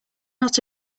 not